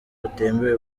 butemewe